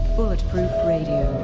bulletproof radio,